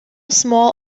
small